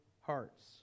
hearts